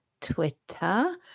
Twitter